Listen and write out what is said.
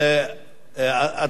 על-פי התקנון,